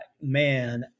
man